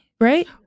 right